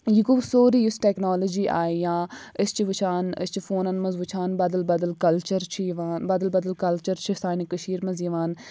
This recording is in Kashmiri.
یہِ گوٚو سورُے یُس ٹٮ۪کنالجی آیہِ یا أسی چھِ وُِچھان أسی چھِ فونَن منٛز وُِچھان بدل بدل کَلچر چھِ یِوان بدل بدل کَلچر چھِ سانہِ کٔشیٖرِ منٛز یِوان